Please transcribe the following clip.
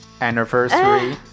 anniversary